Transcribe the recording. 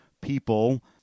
people